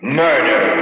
murder